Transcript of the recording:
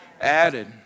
Added